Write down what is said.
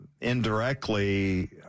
indirectly